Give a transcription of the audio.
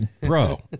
Bro